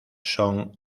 son